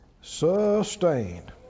Sustained